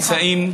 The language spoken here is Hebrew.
סליחה.